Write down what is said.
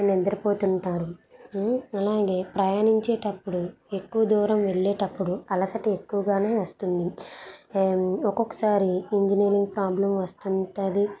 నిద్రపోతుంటారు అలాగే ప్రయాణించేటప్పుడు ఎక్కువ దూరం వెళ్ళేటప్పుడు అలసట ఎక్కువగానే వస్తుంది ఒక్కొక్కసారి ఇంజనీరింగ్ ప్రాబ్లం వస్తుంటుంది